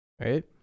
right